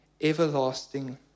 everlasting